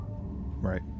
Right